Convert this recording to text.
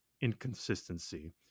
inconsistency